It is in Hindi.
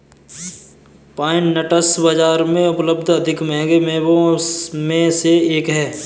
पाइन नट्स बाजार में उपलब्ध अधिक महंगे मेवों में से एक हैं